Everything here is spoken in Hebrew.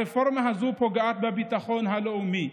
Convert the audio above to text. הרפורמה הזו פוגעת בביטחון הלאומי,